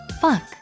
Fuck